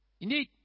Indeed